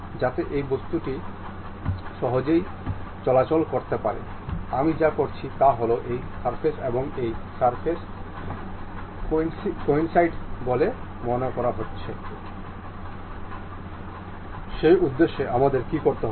আমরা এই মোশন স্টাডিতে যা করেছি তার অনুরূপ আমরা এই চলচ্চিত্রটিকে একটি মিডিয়া হিসাবেও সংরক্ষণ করতে পারি